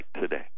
today